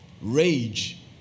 rage